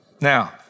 Now